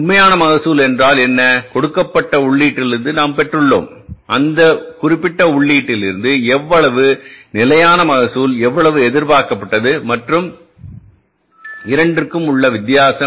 உண்மையான மகசூல் என்றால் என்ன கொடுக்கப்பட்ட உள்ளீட்டிலிருந்து நாங்கள் பெற்றுள்ளோம் அந்த குறிப்பிட்ட உள்ளீட்டிலிருந்து எவ்வளவு நிலையான மகசூல் எவ்வளவு எதிர்பார்க்கப்பட்டது மற்றும் இரண்டிற்கும் என்ன வித்தியாசம்